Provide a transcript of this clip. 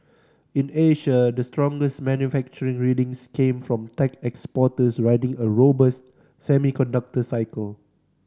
in Asia the strongest manufacturing readings came from tech exporters riding a robust semiconductor cycle